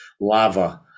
lava